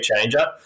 changer